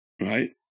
right